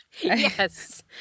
Yes